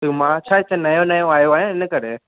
उहो मां छा हिते नयों नयों आयो आहियां इन करे